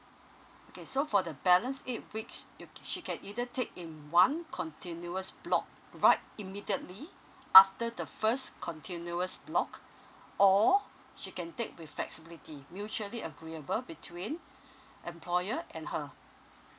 okay so for the balance eight weeks you can she can either take in one continuous block right immediately after the first continuous block or she can take with flexibility mutually agreeable between employer and her